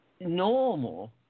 normal